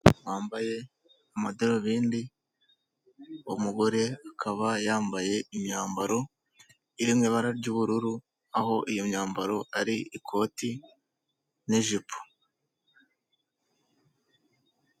Umuntu wambaye amadarubindi, umugore akaba yambaye imyambaro iri mu ibara ry'ubururu, aho iyo myambaro ari ikoti n n'ijipo.